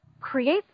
create